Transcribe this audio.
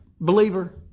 believer